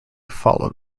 followed